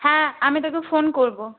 হ্যাঁ আমি তোকে ফোন করবো